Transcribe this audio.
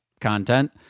content